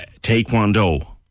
Taekwondo